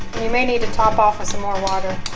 may need to top off with some more water